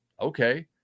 okay